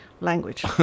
language